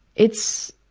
it's